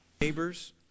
neighbors